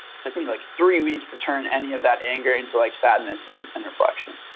it took me like three weeks to turn any of that anger into like sadness and and reflection.